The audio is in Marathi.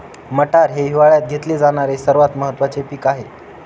मटार हे हिवाळयात घेतले जाणारे सर्वात महत्त्वाचे पीक आहे